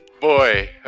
Boy